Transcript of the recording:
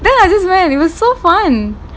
then I just went it was so fun